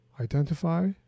identify